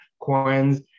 coins